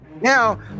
Now